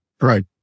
Right